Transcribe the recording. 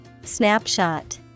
Snapshot